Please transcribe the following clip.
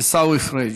עיסאווי פריג',